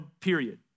period